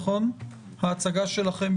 ההצגה שלכם,